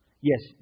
Yes